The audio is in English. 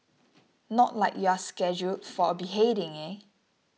not like you're scheduled for a beheading